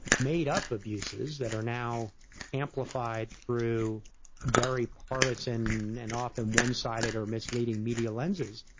made up abuses that are now amplified through very partisan and often one sided or misleading media lenses,